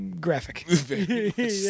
graphic